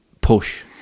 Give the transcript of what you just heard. push